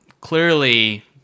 clearly